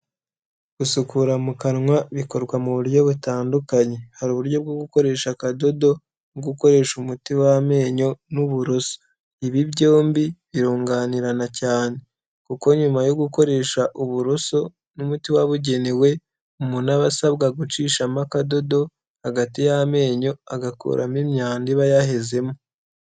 Gusukura mu kanwa bikorwa mu buryo butandukanye. Hari uburyo bwo gukoresha akadodo, no gukoresha umuti w'amenyo n'uburoso. Ibi byombi birunganirana cyane. Kuko nyuma yo gukoresha uburoso n'umuti wabugenewe, umuntu aba asabwa gucishamo akadodo hagati y'amenyo agakuramo imyanda iba yahezemo.